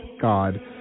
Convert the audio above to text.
God